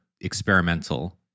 experimental